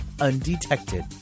undetected